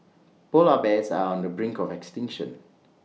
Polar Bears are on the brink of extinction